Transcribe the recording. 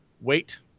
Wait